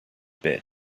bid